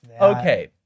Okay